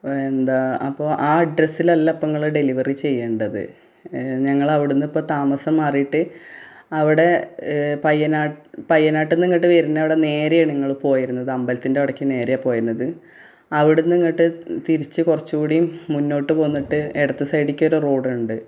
എന്താണ് അപ്പോള് ആ അഡ്രെസ്സിലല്ല ഇപ്പോള് നിങ്ങള് ഡെലിവറി ചെയ്യണ്ടത് ഞങ്ങളവിടുന്ന് ഇപ്പോള് താമസം മാറിയിട്ട് അവിടെ പയ്യനാട്ടുനിന്നിങ്ങോട്ട് വരുന്നവിടെ നേരെയാണ് നിങ്ങള് പോയിരുന്നത് അമ്പലത്തിൻ്റവിടേക്ക് നേരെ പോയിരുന്നത് അവിടുന്നിങ്ങോട്ട് തിരിച്ച് കുറച്ചുകൂടിയും മുന്നോട്ട് പോന്നിട്ട് ഇടത്ത് സൈഡിലേക്കൊരു റോഡുണ്ട്